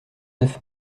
neuf